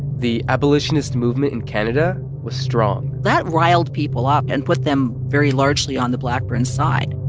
the abolitionist movement in canada was strong that riled people up and put them very largely on the blackburns' side